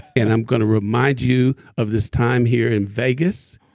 and i'm going to remind you of this time here in vegas.